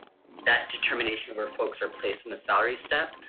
that determination of our folks are placed in the salary step,